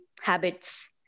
habits